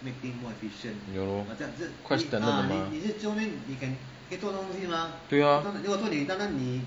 ya lor quite standard 的 mah 对 lor